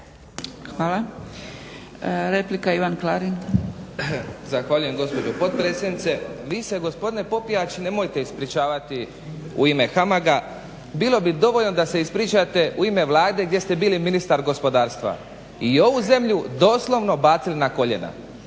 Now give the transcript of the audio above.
Hvala. Replika Ivan Klarin.